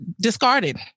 discarded